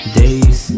days